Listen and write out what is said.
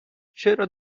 چرا